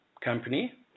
company